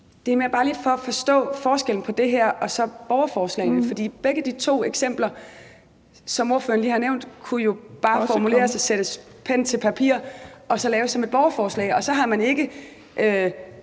lige for at forstå forskellen på det her og så borgerforslagene, for begge de eksempler, som ordføreren lige har nævnt, kunne jo bare formuleres ved at sætte pen til papir og lave dem som et borgerforslag,